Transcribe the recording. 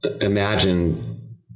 imagine